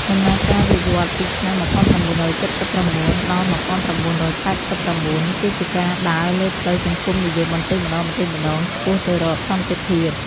ដំណើរការវិវត្តពីឆ្នាំ ១៩៧៩ ដល់ ១៩៨៩ គឺជាការដើរលើផ្លូវសង្គមនិយមបន្តិចម្តងៗឆ្ពោះទៅរកសន្តិភាព។